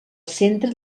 centre